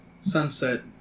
sunset